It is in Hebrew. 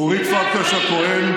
אורית פרקש הכהן,